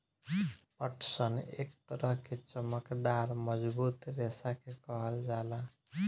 पटसन एक तरह के चमकदार मजबूत रेशा के कहल जाला